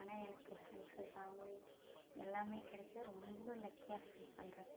ஆனால் எனக்கு friends family எல்லாம் கெடைச்சது ரொம்ப லக்கியாக ஃபீல் பண்ணுறேன்